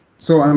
so, um